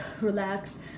relax